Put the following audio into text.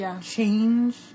change